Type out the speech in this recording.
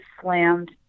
slammed